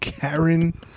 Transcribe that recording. Karen